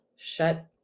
shut